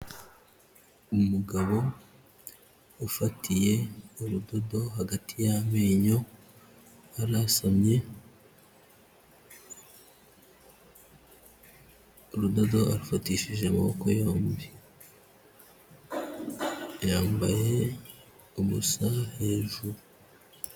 Ni umugabo ufatiye urudobo hagati y'amenyo anasamye, urudodo arufatishije amaboko yombi. Yambaye ubusa hejuru.